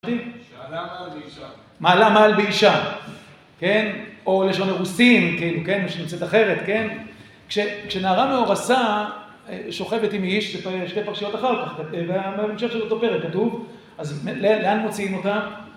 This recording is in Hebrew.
מעלה מעל באישה, כן או לשון אירוסין, שנמצאת אחרת, כן? שנערה מאורסה שוכבת עם איש, ושתי פרשיות אחר כך, בהמשך של אותו פרק כתוב... אז לאן מוציאים אותה?